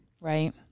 Right